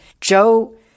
Joe